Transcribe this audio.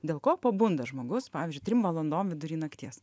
dėl ko pabunda žmogus pavyzdžiui trim valandom vidury nakties